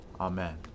Amen